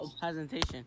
presentation